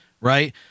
right